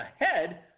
ahead